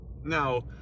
Now